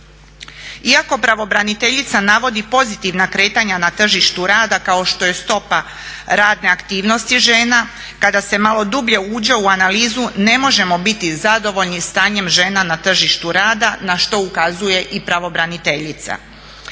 Iako pravobraniteljica navodi pozitivna kretanja na tržištu rada kao što je stopa radne aktivnosti žena, kada se malo dublje uđe u analizu ne možemo biti zadovoljni stanjem žena na tržištu rada na što ukazuje i pravobraniteljica.